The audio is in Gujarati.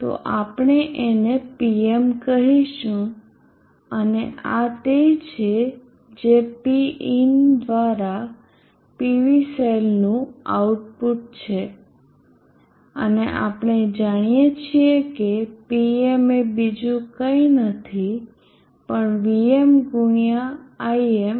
તો આપણે આને Pm કહીશું અને આ તે છે જે Pin દ્વારા PV સેલનું આઉટપુટ છે અને આપણે જાણીએ છીએ કે Pm એ બીજું કંઈ નથી પણ VmImPin